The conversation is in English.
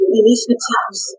initiatives